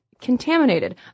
contaminated